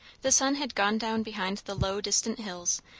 the sun had gone down behind the low distant hills,